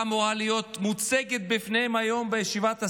אמורה להיות מוצגת בפניהם היום בישיבת הסיעה,